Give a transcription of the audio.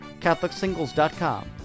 catholicsingles.com